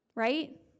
Right